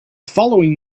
following